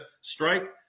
strike